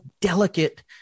delicate